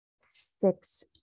six